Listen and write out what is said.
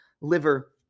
liver